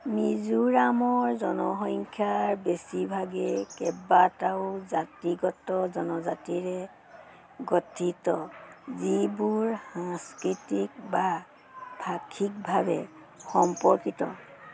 মিজোৰামৰ জনসংখ্যাৰ বেছিভাগে কেইবাটাও জাতিগত জনজাতিৰে গঠিত যিবোৰ সাংস্কৃতিক বা ভাষিকভাৱে সম্পৰ্কিত